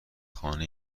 خانه